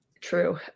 true